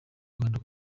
rwanda